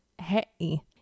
hey